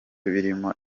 birimo